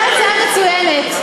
זו הצעה מצוינת.